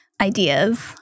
ideas